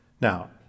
Now